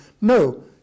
No